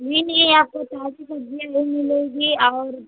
नहीं नहीं आपको ताजी सब्जियाँ ही मिलेगी और